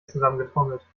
zusammengetrommelt